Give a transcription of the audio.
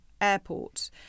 airport